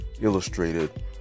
illustrated